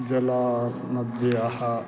जलं नद्याः